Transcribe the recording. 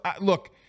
look